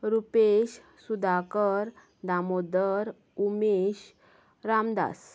Rupesh Sudhakar Damodar Umesh Ramdas